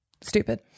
stupid